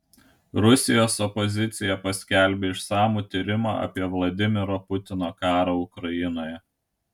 rusijos opozicija paskelbė išsamų tyrimą apie vladimiro putino karą ukrainoje